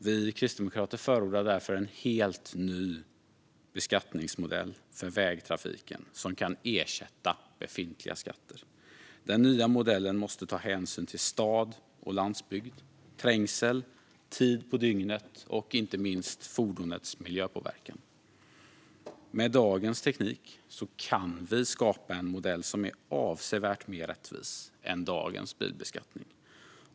Vi kristdemokrater förordar därför en helt ny beskattningsmodell för vägtrafiken som kan ersätta befintliga skatter. Den nya modellen måste ta hänsyn till stad och landsbygd, trängsel, tid på dygnet och inte minst fordonets miljöpåverkan. Med dagens teknik kan vi skapa en modell som är avsevärt mer rättvis än dagens bilbeskattning.